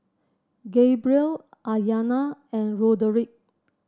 Gabriel Aryana and Roderic